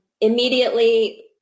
Immediately